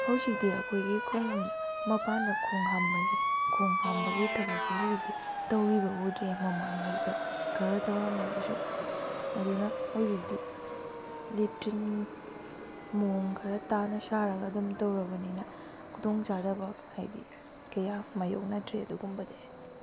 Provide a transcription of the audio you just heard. ꯍꯧꯖꯤꯛꯇꯤ ꯑꯩꯈꯣꯏꯒꯤ ꯈꯨꯡꯒꯪꯗ ꯃꯄꯥꯟꯗ ꯈꯣꯡ ꯍꯥꯝꯕꯒꯤ ꯈꯣꯡ ꯍꯥꯝꯕꯒꯤ ꯊꯕꯛꯁꯤ ꯍꯧꯖꯤꯛꯇꯤ ꯇꯧꯈꯤꯕ ꯎꯗ꯭ꯔꯦ ꯃꯃꯥꯡꯉꯩꯗ ꯈꯔ ꯇꯧꯔꯝꯃꯕꯁꯨ ꯑꯗꯨꯅ ꯍꯧꯖꯤꯛꯇꯤ ꯂꯦꯇ꯭ꯔꯤꯟ ꯃꯑꯣꯡ ꯈꯔ ꯇꯥꯅ ꯁꯥꯔꯒ ꯑꯗꯨꯝ ꯇꯧꯔꯕꯅꯤꯅ ꯈꯨꯗꯣꯡ ꯆꯥꯗꯕ ꯍꯥꯏꯗꯤ ꯀꯌꯥ ꯃꯥꯏꯌꯣꯛꯅꯗ꯭ꯔꯦ ꯑꯗꯨꯒꯨꯝꯕꯗꯤ